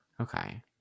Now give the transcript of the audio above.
okay